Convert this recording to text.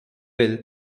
bill